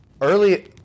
Early